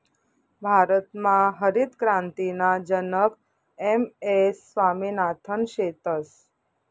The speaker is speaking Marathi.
भारतमा हरितक्रांतीना जनक एम.एस स्वामिनाथन शेतस